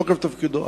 מתוקף תפקידו.